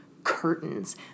curtains